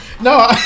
No